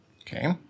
Okay